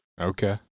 Okay